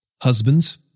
Husbands